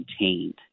maintained